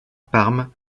parme